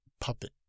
puppet